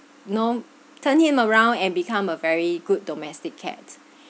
know turned him around and become a very good domestic cat